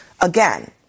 Again